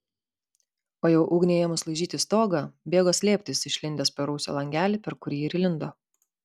o jau ugniai ėmus laižyti stogą bėgo slėptis išlindęs per rūsio langelį per kurį ir įlindo